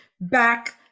back